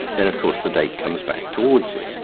then of course the date comes back towards you.